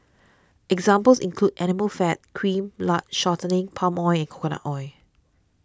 examples include animal fat cream lard shortening palm oil and coconut oil